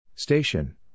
Station